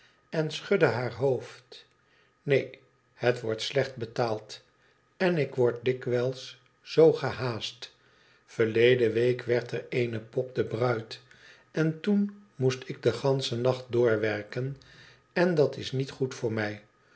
en schudde haar hoofd neen het wordt slecht betaald en ik word dikwijls zoo gehaast verleden week werd er eene pop de bruid en toen moest ik den ganscheu nacht doorwerken en dat is niet goed voor mij